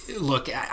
look